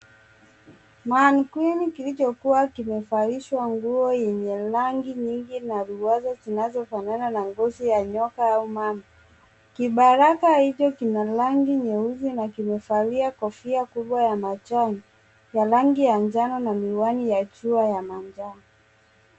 Manequinn iliyokuwa imevalishwa nguo za rangi nyingi na ruwaza zinazofanana na ngozi ya nyoka au mba. Kibaraka hicho kina rangi nyeusi na kimevalia kofia kubwa ya majani ya rangi ya njano na miwani ya jua ya manjano.